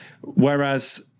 Whereas